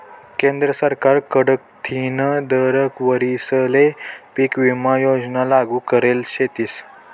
केंद्र सरकार कडथीन दर वरीसले पीक विमा योजना लागू करेल शेतीस